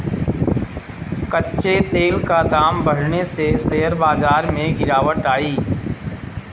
कच्चे तेल का दाम बढ़ने से शेयर बाजार में गिरावट आई